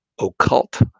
occult